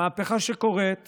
המהפכה שקורית